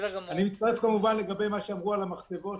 אני מצטרף כמובן לדברים שנאמרו על המחצבות.